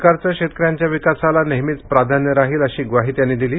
सरकारचं शेतकऱ्यांच्या विकासाला नेहमीचं प्राधान्य राहील अशी ग्वाही त्यांनी दिली